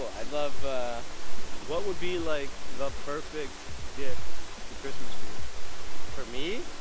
i'd love what would be like the perfect gift for christmas feel for me,